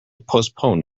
postpone